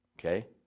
Okay